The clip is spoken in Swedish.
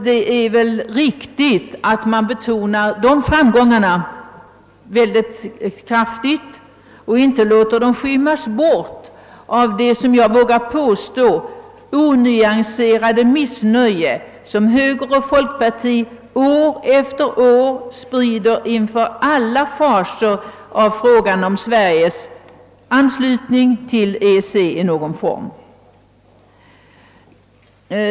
Det är väl riktigt att man betonar de framgångarna mycket kraftigt och inte låter dem skymmas bort av det, som jag vågar påstå, onyanserade miss nöje som högern och folkpartiet år efter år sprider inför alla faser i frågan om Sveriges anslutning till EEC i någon form.